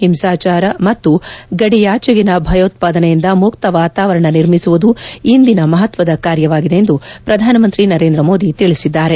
ಹಿಂಸಾಚಾರ ಮತ್ತು ಗಡಿಯಾಚೆಗಿನ ಭಯೋತಾದನೆಯಿಂದ ಮುಕ್ಕ ವಾತಾವರಣ ನಿರ್ಮಿಸುವುದು ಇಂದಿನ ಮಹತ್ವದ ಕಾರ್ಯವಾಗಿದೆ ಎಂದು ಪ್ರಧಾನಮಂತ್ರಿ ನರೇಂದ್ರ ಮೋದಿ ತಿಳಿಸಿದ್ದಾರೆ